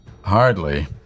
Hardly